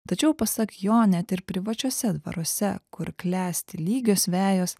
tačiau pasak jo net ir privačiose dvaruose kur klesti lygios vejos